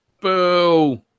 boo